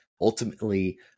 ultimately